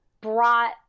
brought